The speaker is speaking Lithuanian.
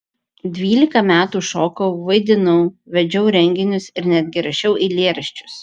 dvylika metų šokau vaidinau vedžiau renginius ir netgi rašiau eilėraščius